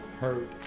hurt